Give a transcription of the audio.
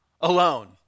alone